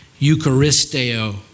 Eucharisteo